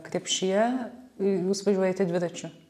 krepšyje jūs važiuojate dviračiu